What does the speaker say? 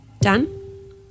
Done